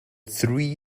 three